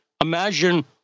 imagine